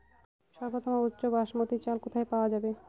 সর্বোওম উচ্চ বাসমতী চাল কোথায় পওয়া যাবে?